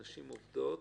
נשים עובדות.